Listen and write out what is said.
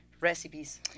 recipes